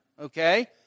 Okay